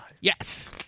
Yes